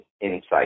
insight